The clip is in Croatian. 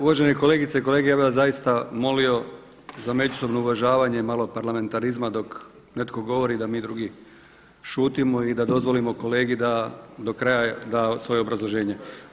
Uvaženi kolegice i kolege, ja bih vas zaista molio za međusobno uvažavanje i malo parlamentarizma dok netko govori da mi drugi šutimo i da dozvolimo kolegi da do kraja da svoje obrazloženje.